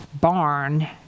barn